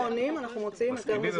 כשלא עונים, אנחנו מוציאים היתר מזורז.